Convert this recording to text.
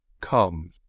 Come